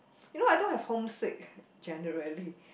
you know I don't have home sick generally